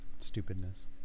stupidness